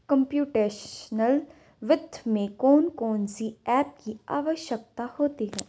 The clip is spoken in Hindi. कंप्युटेशनल वित्त में कौन कौन सी एप की आवश्यकता होती है